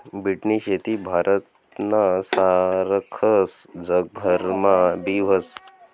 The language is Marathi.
बीटनी शेती भारतना सारखस जगभरमा बी व्हस